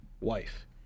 wife